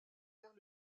vers